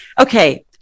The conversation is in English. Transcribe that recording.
okay